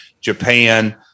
Japan